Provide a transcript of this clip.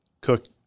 cook